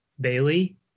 Bailey